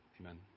Amen